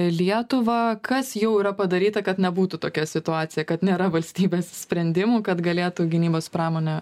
lietuvą kas jau yra padaryta kad nebūtų tokia situacija kad nėra valstybės sprendimų kad galėtų gynybos pramonė